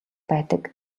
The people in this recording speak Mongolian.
байдаг